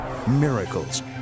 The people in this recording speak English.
miracles